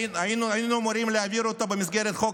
היינו אמורים להעביר אותו במסגרת חוק